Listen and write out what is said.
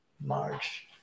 March